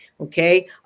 okay